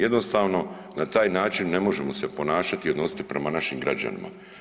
Jednostavno na taj način ne možemo se ponašati i odnositi prema našim građanima.